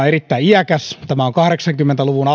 erittäin iäkäs tämä on kahdeksankymmentä luvun